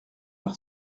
par